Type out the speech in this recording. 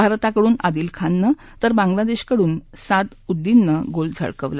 भारताकडून आदिल खाननं तर बांगलादेशाकडून साद उद्दीननं गोल झळकावला